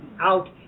out